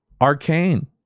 Arcane